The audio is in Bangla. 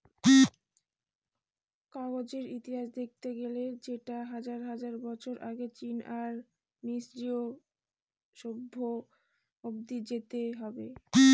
কাগজের ইতিহাস দেখতে গেলে সেটা হাজার হাজার বছর আগে চীন আর মিসরীয় সভ্য অব্দি যেতে হবে